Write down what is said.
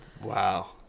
Wow